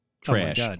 trash